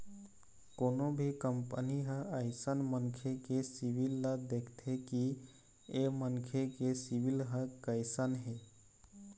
कोनो भी कंपनी ह अइसन मनखे के सिविल ल देखथे कि ऐ मनखे के सिविल ह कइसन हे